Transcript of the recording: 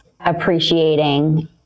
appreciating